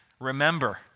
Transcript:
remember